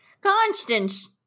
Constance